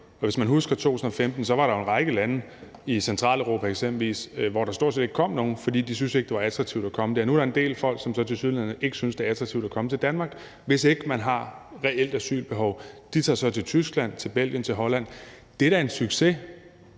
situationen i 2015, var der jo en række lande i eksempelvis Centraleuropa, hvor der stort set ikke kom nogen, fordi de ikke syntes, det var attraktivt at komme der. Nu er der en del folk, som tilsyneladende ikke synes, det er attraktivt at komme til Danmark, hvis ikke man har et reelt asylbehov. De tager så til Tyskland, til Belgien og til Holland. Det er da en succes